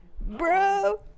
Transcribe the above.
bro